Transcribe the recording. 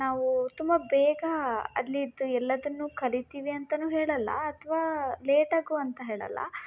ನಾವು ತುಂಬ ಬೇಗ ಅಲ್ಲಿದ್ದು ಎಲ್ಲದನ್ನು ಕಲಿತೀವಿ ಅಂತ ಹೇಳಲ್ಲ ಅಥವಾ ಲೇಟ್ ಆಗು ಅಂತ ಹೇಳಲ್ಲ